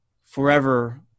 forever